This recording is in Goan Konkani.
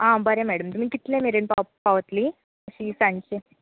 आं बरें मॅडम तुमी कितले मेरेन पावतली अशी सांची